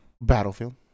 Battlefield